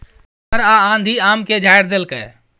अन्हर आ आंधी आम के झाईर देलकैय?